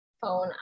Phone